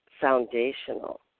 foundational